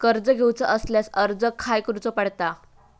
कर्ज घेऊचा असल्यास अर्ज खाय करूचो पडता?